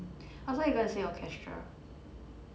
I thought you were gonna say orchestra